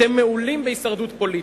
אתם מעולים בהישרדות פוליטית.